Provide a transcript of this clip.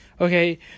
okay